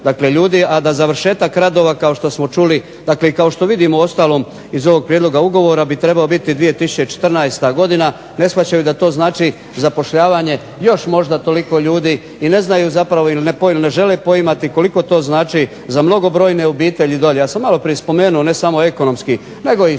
tisuću ljudi, a da završetak radova kao što smo čuli i kao što vidimo uostalom iz ovog prijedloga ugovora, bi trebao biti 2014. godina, ne shvaćaju da to znači zapošljavanje još možda toliko ljudi i ne znaju zapravo ili ne žele poimati koliko to znači za mnogobrojne obitelji dolje. Ja sam maloprije spomenuo ne samo ekonomski nego i